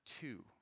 two